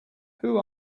who